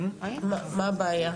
מה הבעיה?